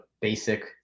basic